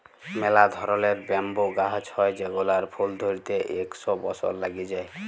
ম্যালা ধরলের ব্যাম্বু গাহাচ হ্যয় যেগলার ফুল ধ্যইরতে ইক শ বসর ল্যাইগে যায়